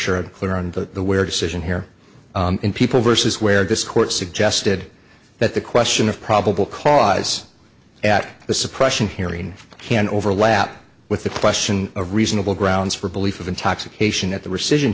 i'm clear on the where decision here in people versus where this court suggested that the question of probable cause at the suppression hearing can overlap with the question of reasonable grounds for belief of intoxication at the rescission